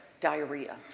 diarrhea